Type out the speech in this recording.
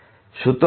সুতরাং আমরা মূলত